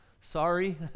Sorry